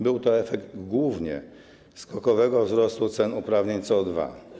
Był to efekt głównie skokowego wzrostu cen uprawnień CO2.